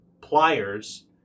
pliers